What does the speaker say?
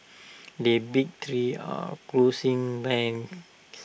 the big three are closing ranks